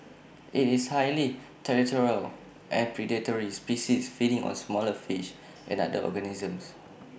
IT is A highly territorial and predatory species feeding on smaller fish and other organisms